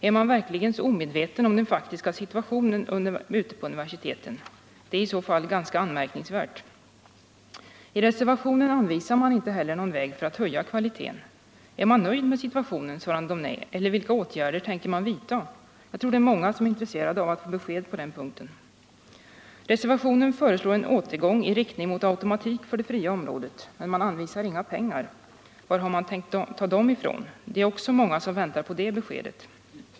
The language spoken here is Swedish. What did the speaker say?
Är man verkligen omedveten om den faktiska situationen ute på universiteten? Det är i så fall ganska anmärkningsvärt. I reservationen anvisar man inte heller någon väg för att höja kvaliteten. Är man nöjd med situationen sådan den är, eller vilka åtgärder tänker man vidta? Jag tror att många vill ha besked på den punkten. Reservationen föreslår en återgång i riktning mot automatiken för det fria området. Men man anvisar inga pengar. Var har man tänkt ta dem ifrån? Det är också många som väntar på det beskedet.